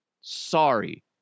Sorry